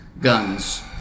guns